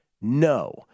No